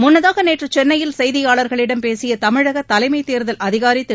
முன்னதாக நேற்று சென்னையில் செய்தியாளர்களிடம் பேசிய தமிழக தலைமைத் தேர்தல் அதிகாரி திரு